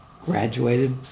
graduated